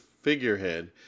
figurehead